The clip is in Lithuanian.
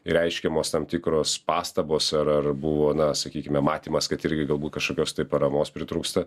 reiškiamos tam tikros pastabos ar ar buvo na sakykime matymas kad irgi galbūt kažkokios tai paramos pritrūksta